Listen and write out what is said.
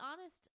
honest